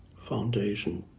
foundation